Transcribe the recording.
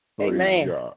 Amen